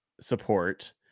support